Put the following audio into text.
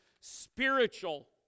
spiritual